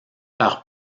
par